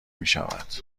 میشود